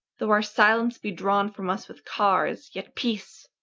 though our silence be drawn from us with cars, yet peace.